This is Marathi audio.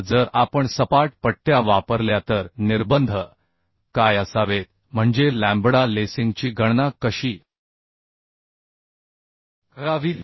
आता जर आपण सपाट पट्ट्या वापरल्या तर निर्बंध काय असावेत म्हणजे लॅम्बडा लेसिंगची गणना कशी करावी